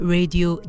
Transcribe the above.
Radio